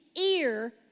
ear